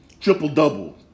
Triple-double